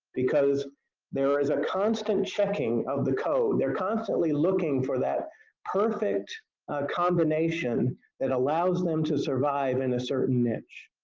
because there is a constant checking of the code, they're constantly looking for that perfect combination that allows them to survive in a certain niche.